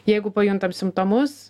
jeigu pajuntam simptomus